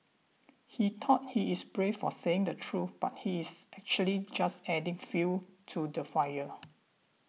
he thought he is brave for saying the truth but he is actually just adding fuel to the fire